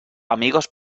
amigos